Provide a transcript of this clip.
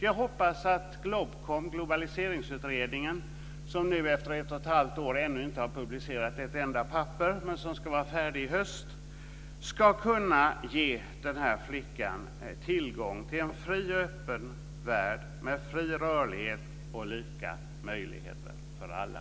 Jag hoppas att globaliseringsutredningen, som efter ett och ett halvt år ännu inte har publicerat ett enda papper men som ska vara färdig i höst, ska kunna ge den här flickan tillgång till en fri och öppen värld med fri rörlighet, och lika möjligheter för alla.